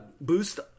boost